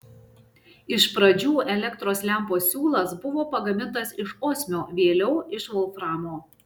iš pradžių elektros lempos siūlas buvo pagamintas iš osmio vėliau iš volframo